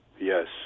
Yes